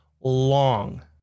long